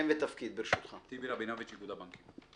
אני מאיגוד הבנקים.